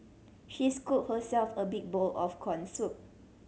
she scooped herself a big bowl of corn soup